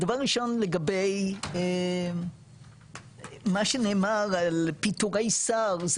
הדבר הראשון לגבי מה שנאמר על פיטורי שר,